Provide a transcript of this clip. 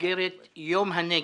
במסגרת יום הנגב,